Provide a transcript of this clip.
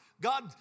God